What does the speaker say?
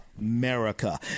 America